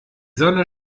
sonne